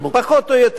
פחות או יותר,